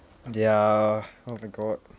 ya oh my god